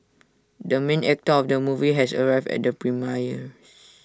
the main actor of the movie has arrived at the premiere